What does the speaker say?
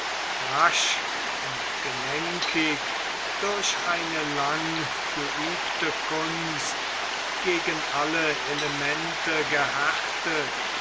rasch und gelenkig durch eine lang geübte kunst gegen alle elemente